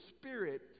Spirit